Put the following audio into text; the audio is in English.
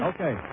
Okay